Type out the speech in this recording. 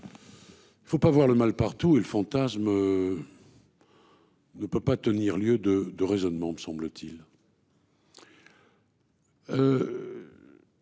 Faut pas voir le mal partout et le fantasme. On ne peut pas tenir lieu de de raisonnement, me semble-t-il.